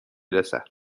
رسد